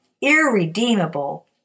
irredeemable